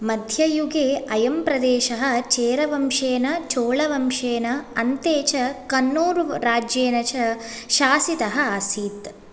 मध्ययुगे अयं प्रदेशः चेरवंशेन चोलवंशेन अन्ते च कन्नूरुराज्येन च शासितः आसीत्